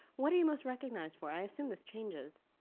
what are you most recognized for? i assume this changes.